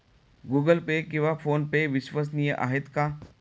Google Pay किंवा फोनपे विश्वसनीय आहेत का?